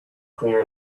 clear